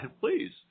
please